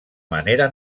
manera